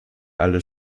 aller